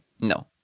no